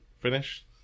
finish